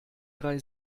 drei